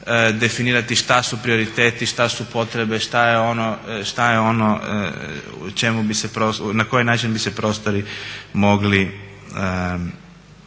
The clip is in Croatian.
definirati što su prioriteti, što su potrebe, što je ono na koji način bi se prostori mogli